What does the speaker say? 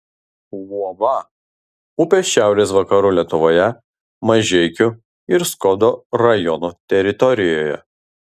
luoba upė šiaurės vakarų lietuvoje mažeikių ir skuodo rajonų teritorijoje